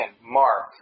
mark